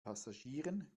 passagieren